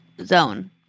zone